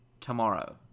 tomorrow